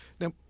now